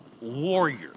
warrior